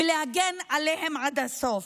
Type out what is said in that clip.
ולהגן עליהם עד הסוף.